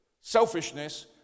selfishness